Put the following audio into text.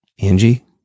Angie